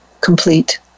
complete